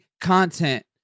Content